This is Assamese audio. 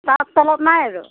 তাৰ তলত নাই আৰু